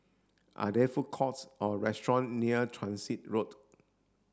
are there food courts or restaurants near Transit Road